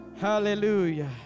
Hallelujah